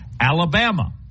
Alabama